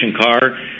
car